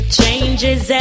changes